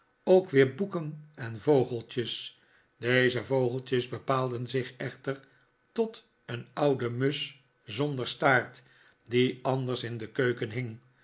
ook weer boeken en vogeltjes deze vogeltjes bepaalden zich echter tot een oude musch zonder staart die anders in de keuken hing